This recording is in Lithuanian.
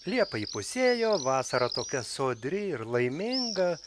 liepa įpusėjo vasara tokia sodri ir laiminga